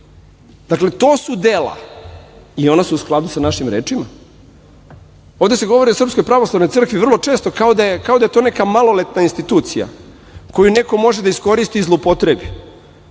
tako. Dakle, to su dela i ona su u skladu sa našim rečima. Ovde se govori o SPC vrlo često kao da je to neka maloletna institucija koju neko može da iskoristi i zloupotrebi.